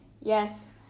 Yes